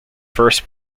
first